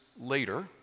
later